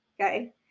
okay